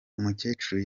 umukecuru